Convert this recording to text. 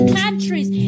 countries